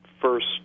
first